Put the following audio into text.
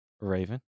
Raven